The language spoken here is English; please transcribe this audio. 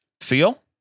Seal